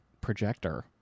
projector